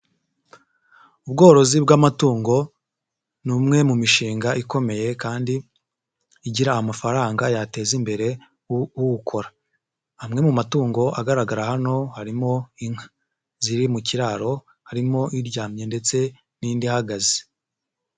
Ubworozi bw'amatungo ni umwe mu mishinga ikomeye kandi igira amafaranga yateza imbere uwukora, amwe mu matungo agaragara hano harimo inka ziri mu kiraro harimo iryamye ndetse n'indi ihagaze.